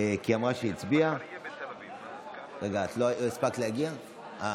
זה לא 53 אלא 54. אה, לא הספקת להגיע.